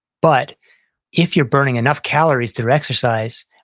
but if you're burning enough calories through exercise,